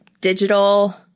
digital